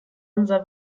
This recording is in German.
unser